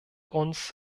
uns